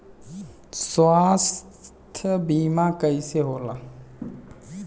स्वास्थ्य बीमा कईसे होला?